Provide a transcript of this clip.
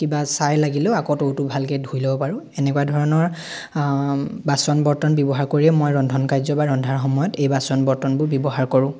কিবা ছাই লাগিলেও আকৌ টৌটো ভালকৈ ধুই ল'ব পাৰোঁ এনেকুৱা ধৰণৰ বাচন বৰ্তন ব্যৱহাৰ কৰিয়েই মই ৰন্ধন কাৰ্য বা ৰন্ধাৰ সময়ত এই বাচন বৰ্তনবোৰ ব্যৱহাৰ কৰোঁ